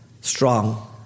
Strong